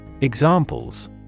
Examples